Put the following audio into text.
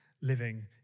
living